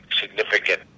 significant